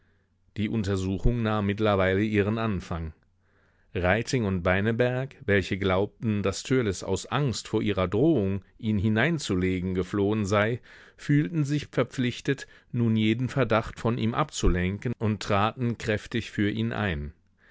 die untersuchung nahm mittlerweile ihren anfang reiting und beineberg welche glaubten daß törleß aus angst vor ihrer drohung ihn hineinzulegen geflohen sei fühlten sich verpflichtet nun jeden verdacht von ihm abzulenken und traten kräftig für ihn ein